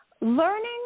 learning